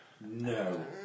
no